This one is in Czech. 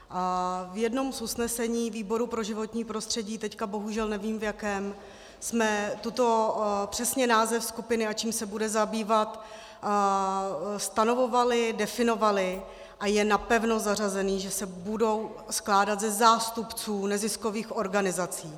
V jednom z usnesení výboru pro životní prostředí teď bohužel nevím v jakém jsme toto, přesně název skupiny a čím se bude zabývat, stanovovali, definovali a je napevno zařazeno, že se budou skládat ze zástupců neziskových organizací.